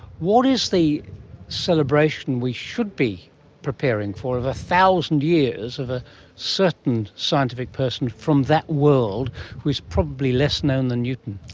what is the celebration we should be preparing for of one ah thousand years of a certain scientific person from that world who is probably less known than newton?